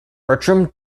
bertram